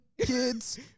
kids